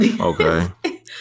okay